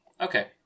Okay